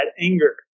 anger